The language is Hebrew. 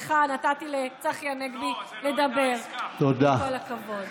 סליחה, נתתי לצחי הנגבי לדבר, עם כל הכבוד.